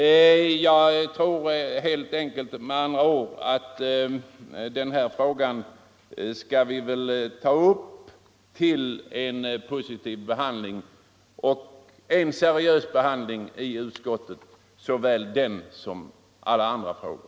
Jag anser med andra ord att vi skall ta upp frågan till en positiv och seriös behandling i utskottet på samma sätt som sker med alla andra frågor.